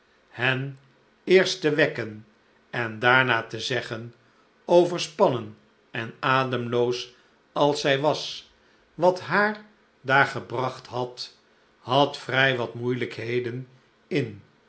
hen eerst te wekken en daarna te zeggen overspannen en ademloos als zij was wat haar daar gebracht had had vrij wat rnoeielijkheden in